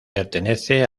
pertenece